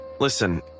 Listen